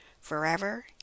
forever